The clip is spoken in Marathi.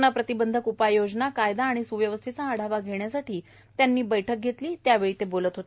कोरोना प्रतिबंधक उपाययोजना कायदा व सुव्यवस्थेचा आढावा घेण्यासाठी त्यांनी बैठक घेतली त्यावेळी ते बोलत होते